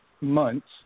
months